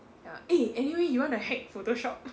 ya eh anyway you wanna hack photoshop